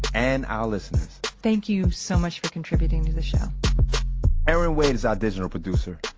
and our listeners thank you so much for contributing to the show erin wade is our digital producer,